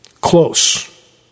Close